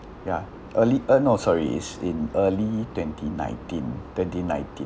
ya early earn no sorry it's in early twenty nineteen twenty nineteen